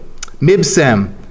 Mibsem